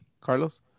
Carlos